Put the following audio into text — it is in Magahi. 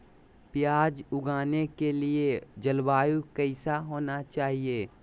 प्याज उगाने के लिए जलवायु कैसा होना चाहिए?